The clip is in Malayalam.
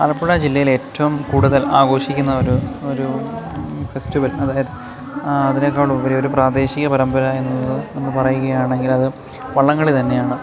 ആലപ്പുഴ ജില്ലയിൽ ഏറ്റവും കൂടുതൽ ആഘോഷിക്കുന്ന ഒരു ഒരു ഫെസ്റ്റ്വൽ അതിനേക്കാൾ ഉപരി ഒരു പ്രാദേശിക പരമ്പര എന്ന് പറയുകയാണെങ്കിൽ അത് വള്ളംകളി തന്നെയാണ്